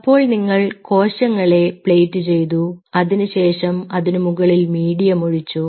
അപ്പോൾ നിങ്ങൾ കോശങ്ങളെ പ്ലേറ്റ് ചെയ്തു അതിനുശേഷം അതിനുമുകളിൽ മീഡിയം ഒഴിച്ചു